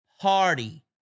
party